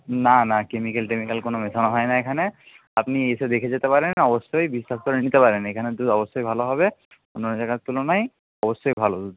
না না কেমিক্যাল টেমিক্যাল কোনো মেশানো হয় না এখানে আপনি এসে দেখে যেতে পারেন অবশ্যই বিশ্বাস করে নিতে পারেন এখানের দুধ অবশ্যই ভালো হবে অন্যান্য জায়গার তুলনায় অবশ্যই ভালো দুধ